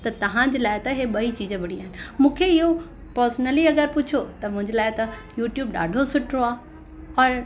त तव्हांजे लाइ त इहे ॿई चीज बढ़िया आहिनि मूंखे इहो पर्सनली अगरि पुछो त मुंहिंजे लाइ त यूट्यूब ॾाढो सुठो आहे औरि